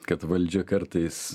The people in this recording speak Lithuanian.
kad valdžia kartais